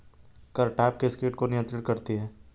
Cartap किस किट को नियंत्रित करती है?